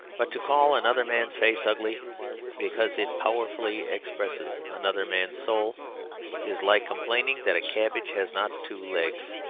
but to call another man's face ugly because it powerfully expresses another man's soul is like complaining that a cabbage has not two legs.